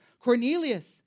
Cornelius